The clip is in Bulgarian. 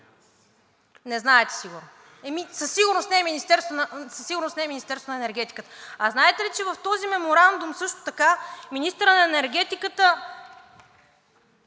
Не знаете сигурно. Със сигурност не е Министерството на енергетиката. А знаете ли, че в този меморандум също така министърът на енергетиката